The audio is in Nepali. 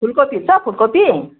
फुलकोपीहरू छ फुलकोपी